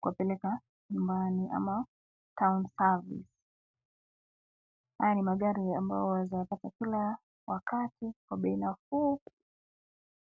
kuwapeleka nyumbani ama (cs)town service(cs). Haya ni magari ambayo waeza yapata kila wakati kwa bei nafuu.